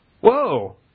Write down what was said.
Whoa